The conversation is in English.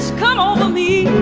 come over me